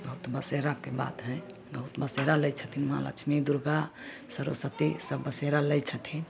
बहुत बसेराके बात हइ बहुत बसेरा लै छथिन माँ लक्ष्मी दुर्गा सरस्वती सभ बसेरा लै छथिन